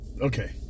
okay